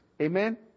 Amen